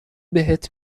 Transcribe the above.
بهت